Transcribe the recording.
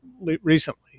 recently